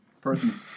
person